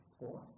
four